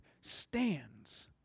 stands